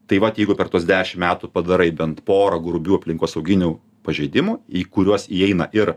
tai vat jeigu per tuos dešim metų padarai bent pora grubių aplinkosauginių pažeidimų į kuriuos įeina ir